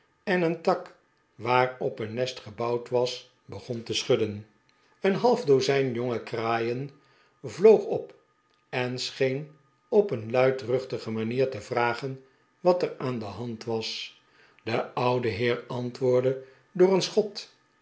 en e'en tak waarop een nest gebouwd was begon te schudden een half dozijn jonge kraaien vloog op en scheen op een luidruchtige rhanier te vragen wat er aan de hand was de oude heer antwoordde door een schot